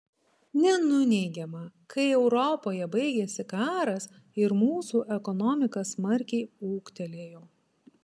nenuneigiama kai europoje baigėsi karas ir mūsų ekonomika smarkiai ūgtelėjo